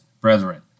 brethren